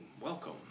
Welcome